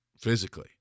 physically